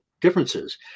differences